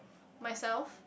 myself